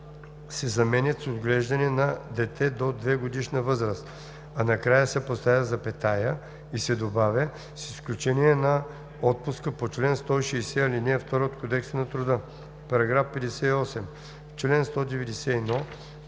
заменят с „отглеждане на дете до 2-годишна възраст“, а накрая се поставя запетая и се добавя „с изключение на отпуска по чл. 160, ал. 2 от Кодекса на труда“. § 58. В чл. 191